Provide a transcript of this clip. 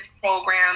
program